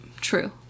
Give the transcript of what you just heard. True